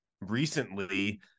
Recently